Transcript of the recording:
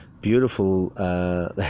beautiful